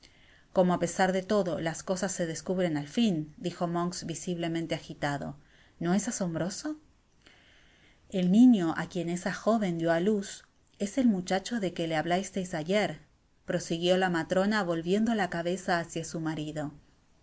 coíio á pesar de todo las cosas se descubren al fin dijo monks visiblemente agitado ino es asombroso el niño á quien esa joven dio á luz os el muchacho de que le hablasteis ayer prosiguió la matrona volviendo la ca beza hacia su marido